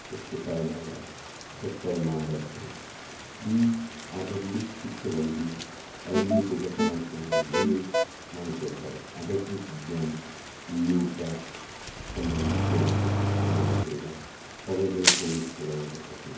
सत्य साई बाबा सत्पाल महाराज हुन् यि आध्यात्मिक शिक्षकहरूले अहिलेको वर्तमान समयमा धेरै मानिसहरूलाई आध्यात्मिक ज्ञान योगा सम्बन्धी ज्ञान पनि प्रदान गरेर सबैलाई सहयोग पुऱ्याइरहेका छन्